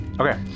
Okay